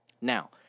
Now